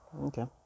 Okay